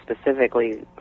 specifically